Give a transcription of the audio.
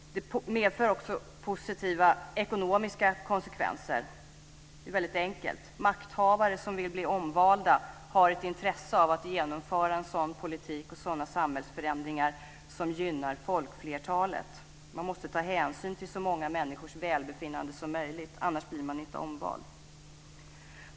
Det medför också positiva ekonomiska konsekvenser. Det är enkelt: Makthavare som vill bli omvalda har ett intresse av att genomföra en sådan politik och sådana samhällsförändringar som gynnar folkflertalet. Man måste ta hänsyn till så många människors välbefinnande som möjligt, annars blir man inte omvald.